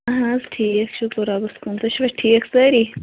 اہَن حظ ٹھیٖک شُکُر رۅبَس کُن تُہۍ چھُوا ٹھیٖک سٲری